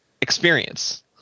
experience